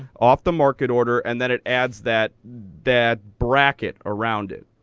off the market order. and then it adds that that bracket around it.